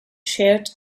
sheared